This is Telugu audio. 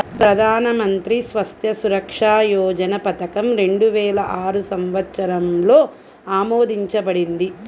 ప్రధాన్ మంత్రి స్వాస్థ్య సురక్ష యోజన పథకం రెండు వేల ఆరు సంవత్సరంలో ఆమోదించబడింది